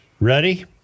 Ready